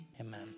amen